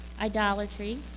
idolatry